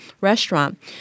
restaurant